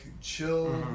chill